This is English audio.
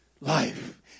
life